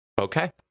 Okay